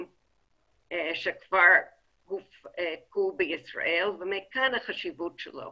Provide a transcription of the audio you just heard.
שכבר הופקו בישראל ומכאן החשיבות שלו